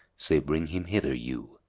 say bring him hither, you